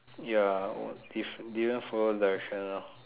ya if didn't didn't follow direction lor